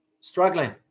struggling